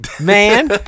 man